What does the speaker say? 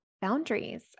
boundaries